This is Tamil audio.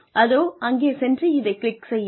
அதோ அங்கே சென்று இதைக் கிளிக் செய்யுங்கள்